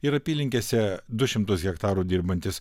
ir apylinkėse du šimtus hektarų dirbantis